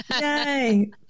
Yay